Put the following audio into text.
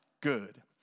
good